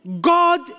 God